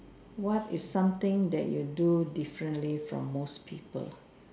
what is something that you do differently from most people